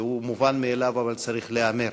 והוא מובן מאליו אבל צריך להיאמר,